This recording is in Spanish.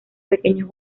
pequeños